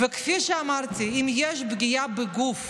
וכפי שאמרתי, אם יש פגיעה בגוף